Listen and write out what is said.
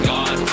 God